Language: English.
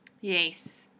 yes